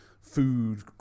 food